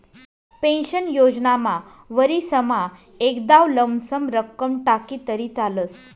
pension योजनामा वरीसमा एकदाव लमसम रक्कम टाकी तरी चालस